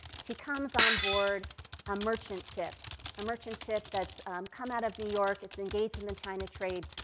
she comes on board a merchant ship merchant ship that's come out of new york. it's engaged in the china trade.